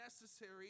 necessary